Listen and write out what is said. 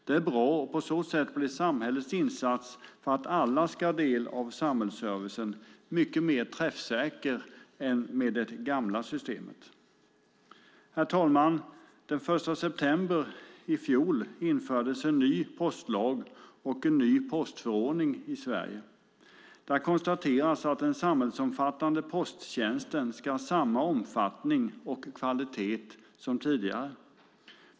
Det är bra, och på så sätt blir samhällets insats för att alla ska ha del av samhällsservicen mycket mer träffsäker än med det gamla systemet. Herr talman! Den 1 september i fjol infördes en ny postlag och en ny postförordning i Sverige. Där konstateras att den samhällsomfattande posttjänsten ska ha samma omfattning och kvalitet som tidigare.